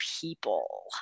people